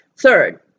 Third